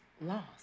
lost